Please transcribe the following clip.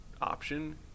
option